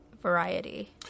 variety